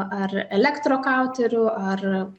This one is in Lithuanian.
ar elektrokauteriu ar